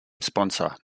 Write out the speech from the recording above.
sponsor